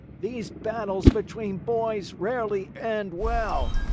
these battles between boys rarely end well.